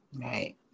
Right